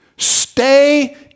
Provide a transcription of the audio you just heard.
Stay